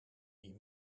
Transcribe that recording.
die